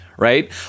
Right